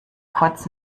kurz